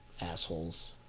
Assholes